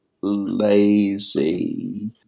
lazy